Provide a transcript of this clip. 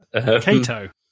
Cato